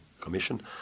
Commission